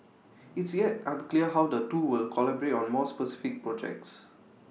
it's yet unclear how the two will collaborate on more specific projects